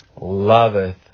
loveth